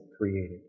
created